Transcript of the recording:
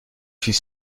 fut